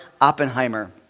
Oppenheimer